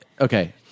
Okay